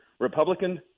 Republican